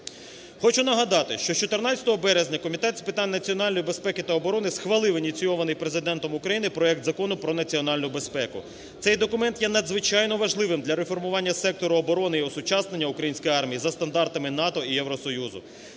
Хочу нагадати, що з 14 березня Комітет з питань національної безпеки та оборони схвалив ініційований Президентом України проект Закону про національну безпеку. Цей документ є надзвичайно важливим для реформування сектору оборони і осучаснення української армії за стандартами НАТО і Євросоюзу.